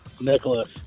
Nicholas